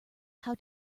how